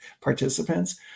participants